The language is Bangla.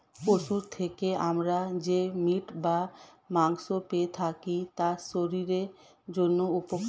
পশুর থেকে আমরা যে মিট বা মাংস পেয়ে থাকি তা শরীরের জন্য উপকারী